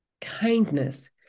kindness